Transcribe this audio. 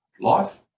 life